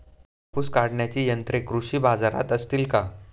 कापूस काढण्याची यंत्रे कृषी बाजारात असतील का?